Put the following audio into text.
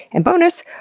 and bonus!